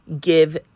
give